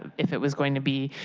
if it was going to be,